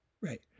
Right